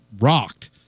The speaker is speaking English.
rocked